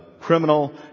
criminal